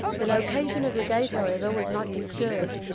the location of the gate, however, was not disturbed,